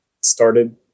started